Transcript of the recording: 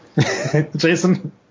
Jason